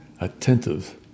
attentive